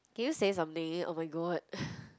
can you say something oh-my-god